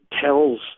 tells